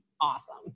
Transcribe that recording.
awesome